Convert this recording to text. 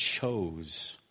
chose